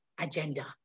agenda